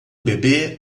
bebê